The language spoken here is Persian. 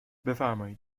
بفرمایید